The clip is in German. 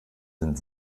sind